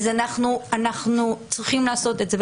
אז אנחנו צריכים לעשות את זה.